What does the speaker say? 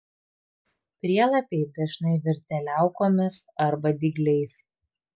prielapiai dažnai virtę liaukomis arba dygliais